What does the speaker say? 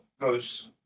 goes